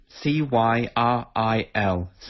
C-Y-R-I-L